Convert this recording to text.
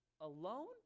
alone